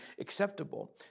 acceptable